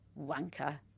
Wanker